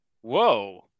Whoa